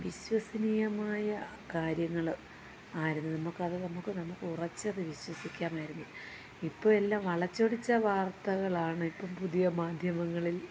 വിശ്വസനീയമായ കാര്യങ്ങൾ ആയിരുന്നു നമുക്ക് അത് നമ്മൾക്ക് നമ്മൾക്ക് ഉറച്ച് അത് വിശ്വസിക്കാമായിരുന്നു ഇപ്പോൾ എല്ലാം വളച്ചൊടിച്ച വാർത്തകളാണ് ഇപ്പോൾ പുതിയ മാധ്യമങ്ങളിൽ